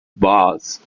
bars